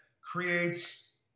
creates